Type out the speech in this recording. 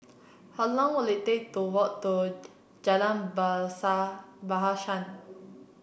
how long will it take to walk to Jalan Bahasa